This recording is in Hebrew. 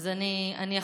אני אחזור.